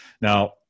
Now